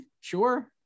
sure